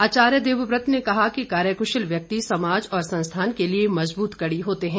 आचार्य देवव्रत ने कहा कि कार्यकुशल व्यक्ति समाज और संस्थान के लिए मजबूत कड़ी होते हैं